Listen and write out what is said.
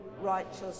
righteous